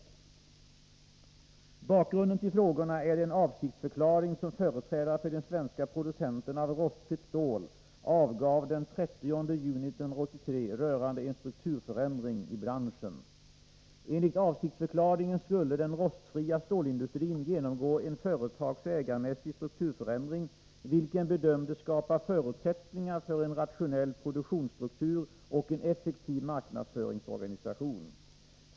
Bakgrunden till frågorna är den avsiktsförklaring som företrädare för de svenska producenterna av rostfritt stål avgav den 30 juni 1983 rörande en strukturförändring i branschen. Enligt avsiktsförklaringen skulle den rostfria stålindustrin genomgå en företagsoch ägarmässig strukturförändring, vilken bedömdes skapa förutsättningar för en rationell produktionsstruktur och en effektiv marknadsföringsorganisation.